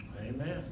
Amen